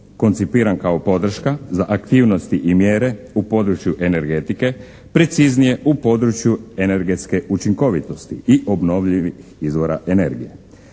koncipiran kao podrška za aktivnosti i mjere u području energetike, preciznije u području energetske učinkovitosti i obnovljivih izvora energije.